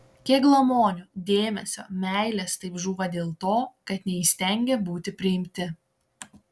kiek glamonių dėmesio meilės taip žūva dėl to kad neįstengė būti priimti